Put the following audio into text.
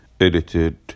edited